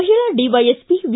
ಮಹಿಳಾ DYSP V